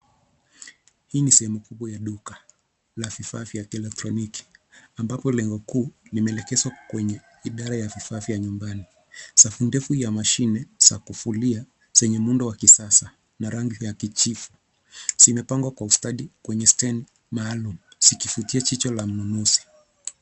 Hii ni sehemu kubwa ya duka la vifaa ya kieletroniki ambapo lengo kuu limelekeswa kwenye idhara ya vifaa vya nyumbani. Safu ndefu ya mashine za kuvulia zenye muundo wa kisasa na rangi vya kijivu zimepangwa kwa ustadi kwenye stendi maalum zikifutia jicho la mnunuzi.